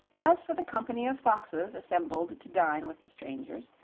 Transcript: as for the company of foxes assembled to dine with the strangers,